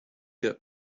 get